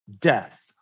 death